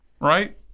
Right